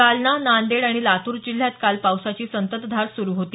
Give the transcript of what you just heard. जालना नांदेड आणि लातूर जिल्ह्यात काल पावसाची संततधार सुरु होती